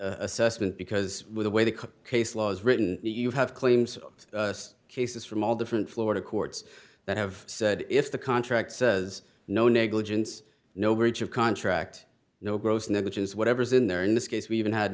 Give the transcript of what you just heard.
assessment because the way the case law is written you have claims of cases from all different florida courts that have said if the contract says no negligence no breach of contract no gross negligence whatever is in there in this case we even had